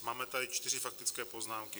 Máme tady čtyři faktické poznámky.